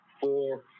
four